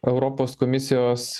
europos komisijos